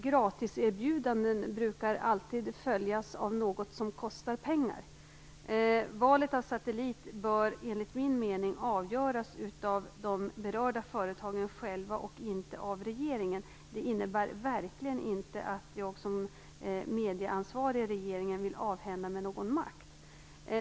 Gratiserbjudanden brukar alltid följas av något som kostar pengar. Valet av satellit bör enligt min mening avgöras av de berörda företagen själva och inte av regeringen. Det innebär verkligen inte att jag som medieansvarig i regeringen vill avhända mig någon makt.